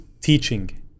teaching